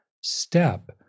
step